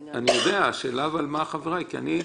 השאלה היא מה חבריי חושבים.